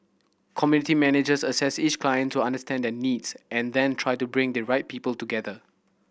community managers assess each client to understand their needs and then try to bring the right people together